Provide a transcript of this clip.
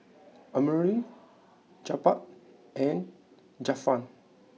Amirul Jebat and Zafran